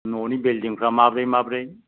न'नि बिल्डिंफ्रा माब्रै माब्रै